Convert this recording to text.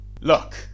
Look